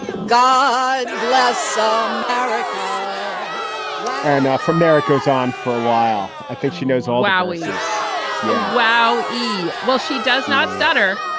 god bless um america land and for america's on for a while. i think she knows all our wishes yeah wow ee. well, she does not stutter.